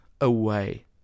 away